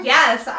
Yes